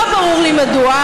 לא ברור לי מדוע,